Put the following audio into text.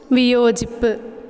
വിയോജിപ്പ്